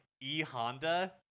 E-Honda